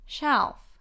Shelf